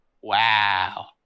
wow